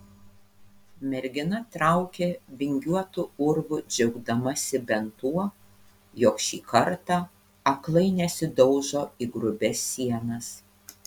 mergina traukė vingiuotu urvu džiaugdamasi bent tuo jog šį kartą aklai nesidaužo į grubias sienas